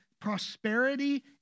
prosperity